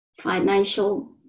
financial